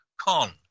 con